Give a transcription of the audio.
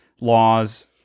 laws